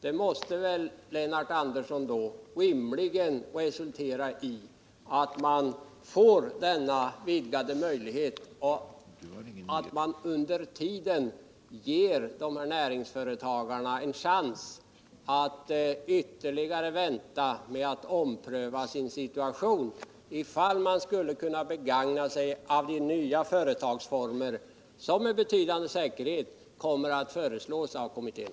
Detta måste väl då, Lennart Andersson, rimligen resultera i att kommittén får denna vidgade möjlighet och att företagarna under tiden ges en chans att ytterligare vänta med att ompröva sin situation, så att man kan undersöka om de skulle kunna begagna sig av de nya företagsformer som med betydande säkerhetsgrad kommer att föreslås av kommittén.